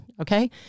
okay